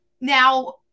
Now